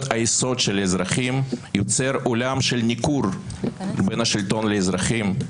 היסוד של האזרחים יוצר עולם של ניכור בין השלטון לאזרחים.